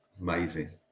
Amazing